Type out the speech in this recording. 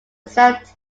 except